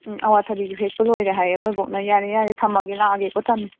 ꯎꯝ ꯑꯋꯥꯊꯕꯤꯁꯨ ꯍꯦꯛꯄ ꯂꯣꯏꯔꯦ ꯍꯥꯏꯌꯦ ꯑꯩꯈꯣꯏ ꯕꯣꯛꯅ ꯌꯥꯔꯦ ꯌꯥꯔꯦ ꯊꯝꯃꯒꯦ ꯂꯥꯛꯑꯒꯦꯀꯣ ꯊꯝꯃꯦ